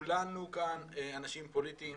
כולנו כאן אנשים פוליטיים,